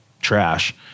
trash